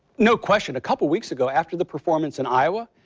no question a couple weeks ago after the performance in iowa.